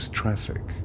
traffic